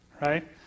Right